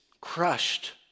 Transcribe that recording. crushed